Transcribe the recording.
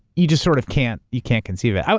you just sort of can't, you can't conceive it.